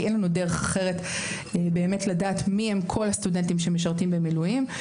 כי אין לנו דרך אחרת לדעת מי הם כל הסטודנטים שמשרתים במילואים.